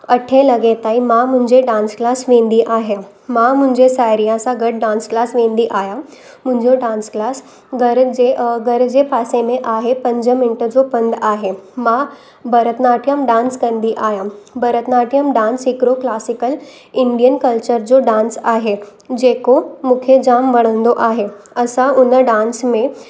अठे लॻे ताईं मां मुंहिंजे डांस क्लास वेंदी आहियां मां मुंहिंजे साहेड़ीअ सां गॾु डांस क्लास वेंदी आहियां मुंहिंजो डांस क्लास घर जे घर जे पासे में आहे पंज मिंट जो पंधु आहे मां भरतनाटियम डांस कंदी आहियां भरतनाटियम डांस हिकिड़ो क्लासिक्ल इंडियन कल्चर जो डांस आहे जेको मूंखे जाम वणंदो आहे असां उन डांस में